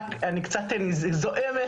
אני רק קצת זועמת,